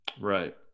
Right